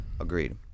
Agreed